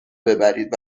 ببرید